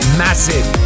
massive